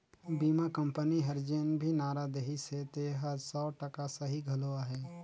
बीमा कंपनी हर जेन भी नारा देहिसे तेहर सौ टका सही घलो अहे